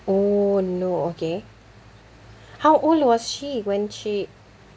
oh no okay how old was she when she